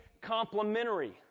complementary